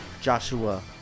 joshua